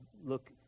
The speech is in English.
look